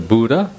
Buddha